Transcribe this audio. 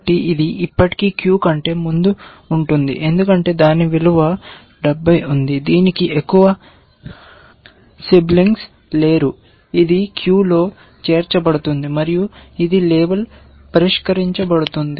కాబట్టి ఇది ఇప్పటికీ క్యూ కంటే ముందు ఉంటుంది ఎందుకంటే దాని విలువ 70 ఉంది దీనికి ఎక్కువ సిబ్లింగ్స్ లేరు ఇది క్యూలో చేర్చబడుతుంది మరియు ఇది పరిష్కరించబడుతుంది అని లేబుల్ చేయబడతుంది